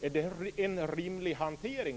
Är detta en rimlig hantering?